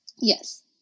Yes